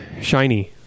shiny